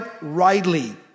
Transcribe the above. rightly